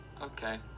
Okay